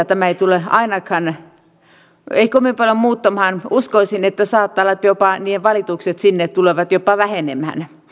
tämä ei tule ainakaan kovin paljon muuttamaan uskoisin että saattaa olla että jopa valitukset sinne tulevat jopa vähenemään